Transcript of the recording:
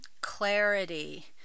clarity